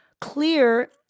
clear